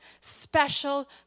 special